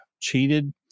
cheated